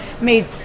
made